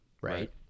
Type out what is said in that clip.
Right